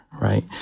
right